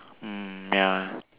mm ya